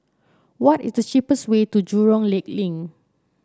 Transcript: what is the cheapest way to Jurong Lake Link